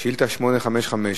שאילתא מס' 855,